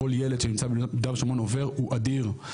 כל ילד שנמצא יהודה ושומרון עובר הוא אדיר,